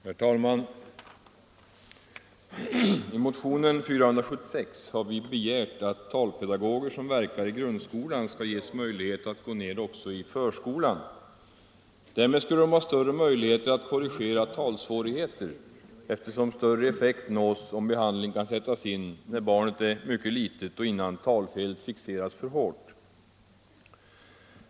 Herr talman! I motionen 476 har vi begärt att talpedagoger som verkar i grundskolan skall ges möjlighet att gå ned också i förskolan. Därmed skulle de ha större möjligheter att korrigera talsvårigheter, eftersom större effekt nås om behandling kan sättas in när barnet är mycket litet och innan talfelet fixerats för hårt.